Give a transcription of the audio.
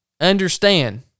understand